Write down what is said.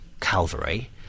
Calvary